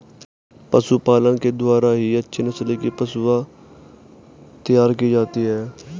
पशुपालन के द्वारा ही अच्छे नस्ल की पशुएं तैयार की जाती है